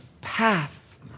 path